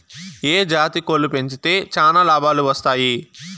ఏ జాతి కోళ్లు పెంచితే చానా లాభాలు వస్తాయి?